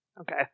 Okay